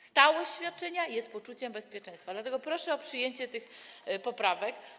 Stałość świadczenia jest poczuciem bezpieczeństwa, dlatego proszę o przyjęcie tych poprawek.